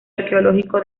arqueológico